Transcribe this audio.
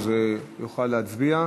יוכל להצביע.